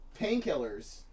Painkillers